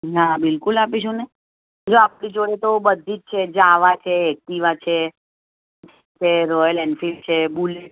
હા બિલકુલ આપીશું ને જો આપણી જોડે તો બધી જ છે જાવા છે એકટીવા છે ફેરવેલ એન્ફીઈલ્ડ છે બુલેટ છે